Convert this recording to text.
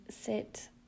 sit